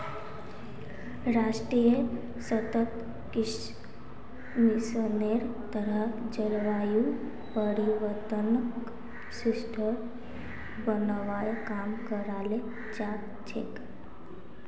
राष्ट्रीय सतत कृषि मिशनेर तहत जलवायु परिवर्तनक स्थिर बनव्वा काम कराल जा छेक